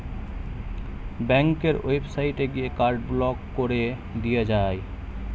ব্যাংকের ওয়েবসাইটে গিয়ে কার্ড ব্লক কোরে দিয়া যায়